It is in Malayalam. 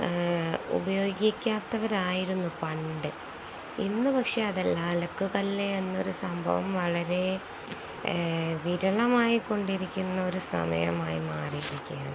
അ ഉപയോഗിക്കാത്തവരായിരുന്നു പണ്ട് ഇന്നു പക്ഷെ അതല്ല അലക്കുകല്ല് എന്നൊരു സംഭവം വളരെ വിരളമായിക്കൊണ്ടിരിക്കുന്ന ഒരു സമയമായി മാറിയിരിക്കുകയാണ്